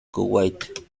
kuwait